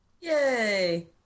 Yay